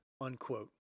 unquote